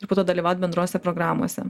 ir po to dalyvaut bendrose programose